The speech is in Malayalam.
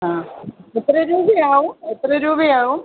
ആ എത്ര രൂപയാവും എത്ര രൂപയാവും